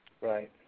Right